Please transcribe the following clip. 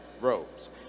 robes